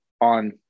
on